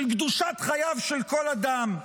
של קדושת חייו של כל אדם.